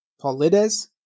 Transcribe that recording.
Paulides